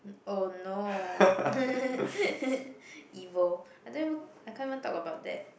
oh no evil I don't even I can't even talk about that